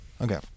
Okay